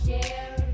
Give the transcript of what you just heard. care